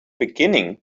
beginning